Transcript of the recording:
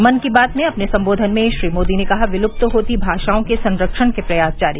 मन की बात में अपने संबोधन में श्री मोदी ने कहा विलुप्त होती भाषाओं के संरक्षण के प्रयास जारी